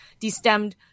destemmed